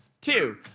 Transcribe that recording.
two